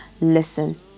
listen